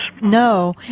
No